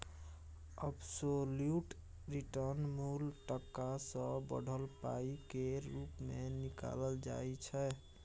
absolute return मुल टका सँ बढ़ल पाइ केर रुप मे निकालल जाइ छै